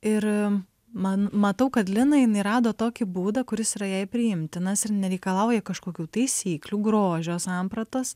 ir man matau kad lina jinai rado tokį būdą kuris yra jai priimtinas ir nereikalauja kažkokių taisyklių grožio sampratos